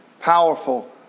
powerful